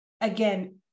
again